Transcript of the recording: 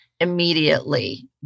immediately